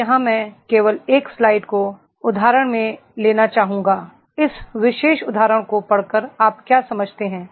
अब यहाँ मैं केवल १ स्लाइड को उद्धरण से लेना चाहूँगा इस विशेष उद्धरण को पढ़कर आप क्या समझते हैं